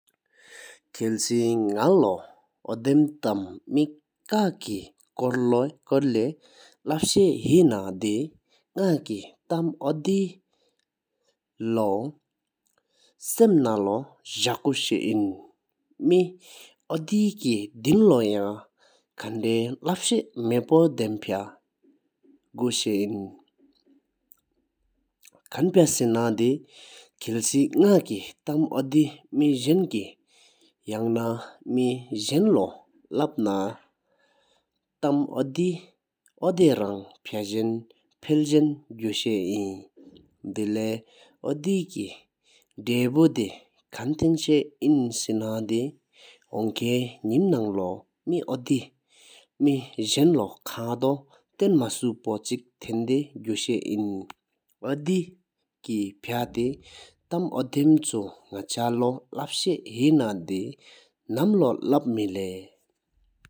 ཁལ་སེ་ནག་ལོ་འོ་དམ་ཏམ་མེ་ཀེ་སྐོར་ལེ་ལབ་ཤ་ཧེ་ན་དེ་ནག་ཀེ་ཏམ་འོ་དེ་ལོ་བསམ་ནང་ལོ་ཇགོ་ཤ་ཨིན། མེ་འོ་དེ་ཀེ་དིན་ལོ་ཡང་ཁན་དེ་ལབ་ཤ་མ་པོ་དམ་ཕ་གོ་ཤ་ཨིན། ཁན་ཕ་སེ་ན་དེ་ཁལ་སེ་ན་ཀེ་ཏམ་འོ་དེ་མེ་ཇན་ཀེ་ཡང་ན་མེ་ཇན་ལོ་ལབ་ན་ཏམ་འོ་དེ་འོ་དེ་རང་ཕེ་ཟིང་ཕལ་ཟོང་གོ་ཤ་ཨིན། དེ་ལེ་འོ་དེ་ཀེ་ད་བུ་དེ་ཁན་ཐན་ཤཨིན་སེ་ན་དེ་ཧོང་ཁན་ནིམ་ནང་ལོ་མེ་འོ་དེ་མེ་ཇན་ལོ་ཁ་དོ་ཐེན་མ་སུ་པོ་ཕིཀ་ཐེན་དེ་དགུ་ཤ་ཨིན། འོ་དེ་ཀེ་ཕཏེ་ཏམ་འོ་དམ་ཆུ་ནག་ཆ་ལོ་ལབ་ཤེ་ཧེ་ན་དེ་ནམ་ལོ་ལབ་མེ་ལེ།